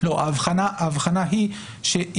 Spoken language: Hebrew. ההבחנה היא,